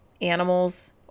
animals